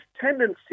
tendency